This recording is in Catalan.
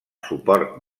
suport